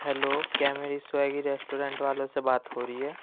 hello کیا میری Swiggy restaurant والوں سے بات ہو رہی ہے